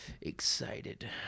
excited